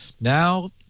now